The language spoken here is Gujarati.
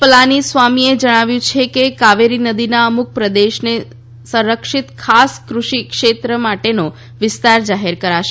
પલાનીસ્વામીએ જણાવ્યું છે કે કાવેરી નદીના મુખપ્રદેશને સંરક્ષિત ખાસ કૃષિ ક્ષેત્ર માટેનો વિસ્તાર જાહેર કરાશે